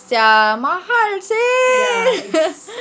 ya sia mahal seh